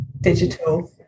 digital